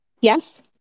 yes